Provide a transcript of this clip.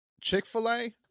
Chick-fil-a